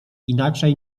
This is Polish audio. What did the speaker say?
inaczej